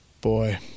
Boy